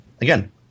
Again